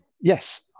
Yes